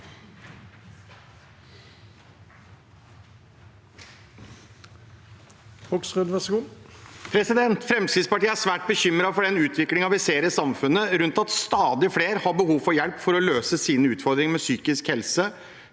Fremskrittspartiet er svært bekymret for utviklingen vi ser i samfunnet, der stadig flere har behov for hjelp for å løse sine ut fordringer med psykisk helse,